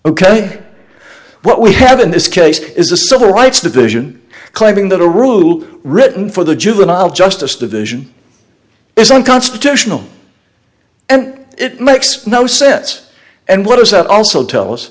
ok what we have in this case is a civil rights division claiming that a rule written for the juvenile justice division is unconstitutional and it makes no sense and what does that also tell us